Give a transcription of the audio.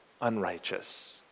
unrighteous